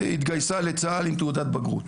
היא התגייסה לצה"ל עם תעודת בגרות,